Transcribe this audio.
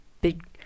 big